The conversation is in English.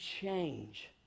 change